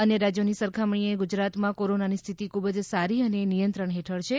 અન્ય રાજ્યોની સરખામણીએ ગુજરાતમાં કોરોનાની સ્થિતી ખૂબ જ સારી અને નિયંત્રણ હેઠળ છે